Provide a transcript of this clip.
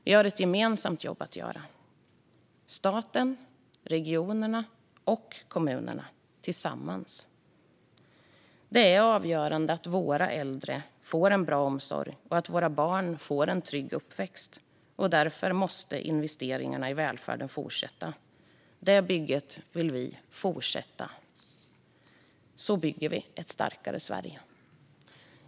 Vi har ett gemensamt jobb att göra, staten, regionerna och kommunerna tillsammans. Det är avgörande att våra äldre får en bra omsorg och att våra barn får en trygg uppväxt. Därför måste investeringarna i välfärden fortsätta. Det bygget vill vi fortsätta med. Så bygger vi ett starkare Sverige.